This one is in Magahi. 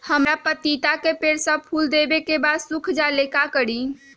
हमरा पतिता के पेड़ सब फुल देबे के बाद सुख जाले का करी?